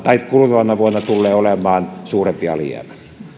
kuluvana vuonna tullee olemaan suurempi alijäämä